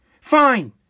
fine